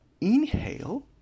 inhale